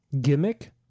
gimmick